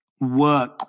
work